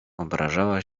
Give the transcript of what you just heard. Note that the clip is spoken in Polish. obrażała